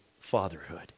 fatherhood